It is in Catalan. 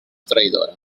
traïdora